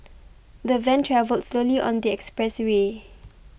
the van travelled slowly on the expressway